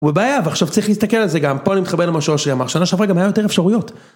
הוא בבעיה ועכשיו צריך להסתכל על זה גם, פה אני מתחבר למה שאושי אמר, שנה שעבר גם הייתה יותר אפשרויות.